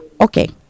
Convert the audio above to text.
Okay